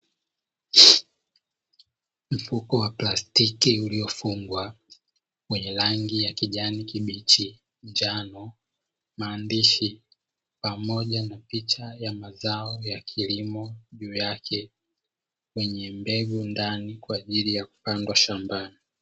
Mfuko wa plastiki uliofungwa wenye rangi ya kijani kibichi, njano, maandishi pamoja na picha ya mazao ya kilimo juu yake, yenye mbegu ndani kwa ajili ya kupandwa shambani.